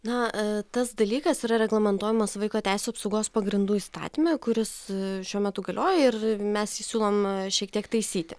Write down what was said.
na tas dalykas yra reglamentuojamas vaiko teisių apsaugos pagrindų įstatyme kuris šiuo metu galioja ir mes jį siūlom šiek tiek taisyti